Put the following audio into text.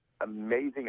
amazing